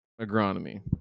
agronomy